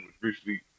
recently